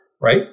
right